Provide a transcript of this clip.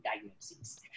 diagnoses